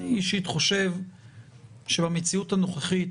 אישית, אני חושב שבמציאות הנוכחית,